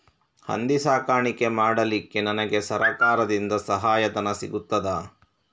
ಹಂದಿ ಸಾಕಾಣಿಕೆ ಮಾಡಲಿಕ್ಕೆ ನನಗೆ ಸರಕಾರದಿಂದ ಸಹಾಯಧನ ಸಿಗುತ್ತದಾ?